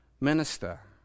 minister